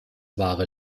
wahre